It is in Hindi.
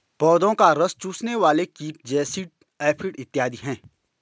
पौधों का रस चूसने वाले कीट जैसिड, एफिड इत्यादि हैं